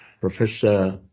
Professor